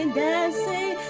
dancing